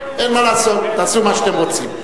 אין מה לעשות, תעשו מה שאתם רוצים.